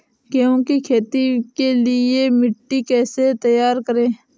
गेहूँ की खेती के लिए मिट्टी कैसे तैयार करें?